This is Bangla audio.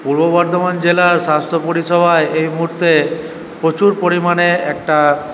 পূর্ব বর্ধমান জেলার স্বাস্থ্য পরিষেবা এই মুহুর্তে প্রচুর পরিমাণে একটা